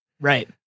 Right